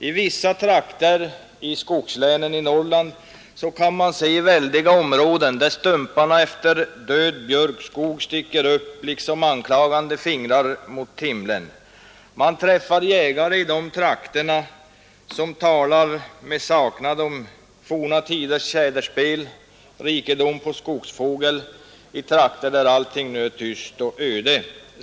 I vissa trakter av skogslänen i Norrland kan man finna väldiga områden där stumparna efter död björkskog sticker upp som anklagande fingrar mot himlen. Man träffar jägare som med saknad talar om forna tiders tjäderspel och rikedomen på skogsfågel i trakter där allt nu är tyst och öde.